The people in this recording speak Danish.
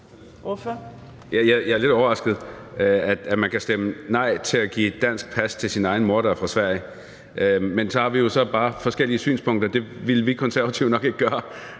Jeg er lidt overrasket over, at man kan stemme nej til at give et dansk pas til sin egen mor, der er fra Sverige, men så har vi jo bare forskellige synspunkter. Det ville vi Konservative nok ikke gøre.